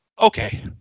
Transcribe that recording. Okay